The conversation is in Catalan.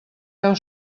veu